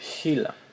Sheila